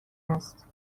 است